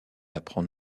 apprend